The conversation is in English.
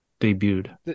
debuted